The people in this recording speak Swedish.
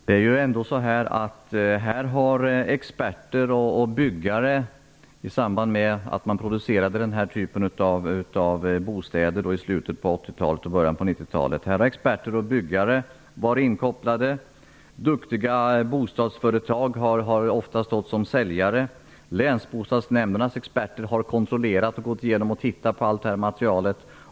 Herr talman! I samband med att man producerade denna typ av bostäder i slutet på 80-talet och början på 90-talet har experter och byggare varit inkopplade. Duktiga bostadsföretag har ofta stått som säljare. Länsbostadsnämndernas experter har kontrollerat, gått igenom och tittat på allt material.